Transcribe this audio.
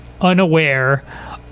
unaware